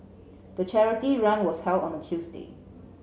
the charity run was held on a Tuesday